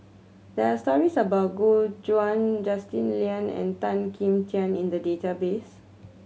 there are stories about Gu Juan Justin Lean and Tan Kim Tian in the database